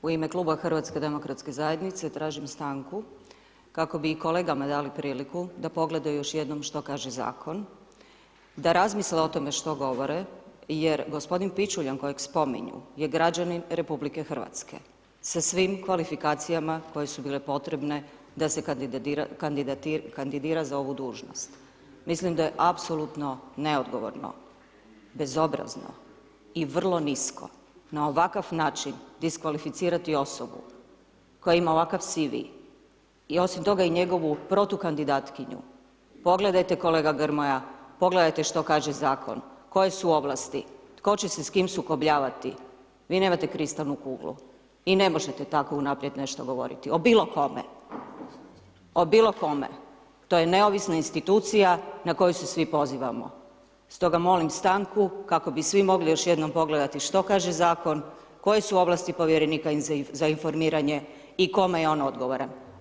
U ime kluba HDZ-a, tražim stanku kako bi kolegama dali priliku da pogledaju još jednom što kaže Zakon, da razmisle o tome što govore, jer gospodin Pičuljan kojeg spominju, je građanin Republike Hrvatske sa svim kvalifikacijama koje su bile potrebne da se kandidira za ovu dužnost, mislim da je apsolutno neodgovorno, bezobrazno i vrlo nisko na ovakav način diskvalificirati osobu koja ima ovakav CV, i osim toga i njegovu protukandidatkinju, pogledajte kolege Grmoja, pogledajte što kaže Zakon, koje su ovlasti, tko će se s kim sukobljavati, vi nemate kristalnu kuglu i ne možete tako unaprijed nešto govoriti, o bilo kome, o bilo kome, to je neovisna institucija na koju se svi pozivamo, stoga molim stanku kako bi svi mogli još jednom pogledati što kaže Zakon, koje su ovlasti Povjerenika za informiranje i kome je on odgovoran.